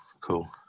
Cool